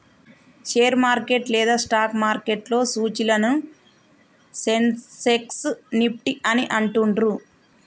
share market లేదా stock మార్కెట్లో సూచీలను సెన్సెక్స్, నిఫ్టీ అని అంటుండ్రు